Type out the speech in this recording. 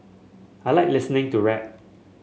I like listening to rap